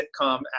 sitcom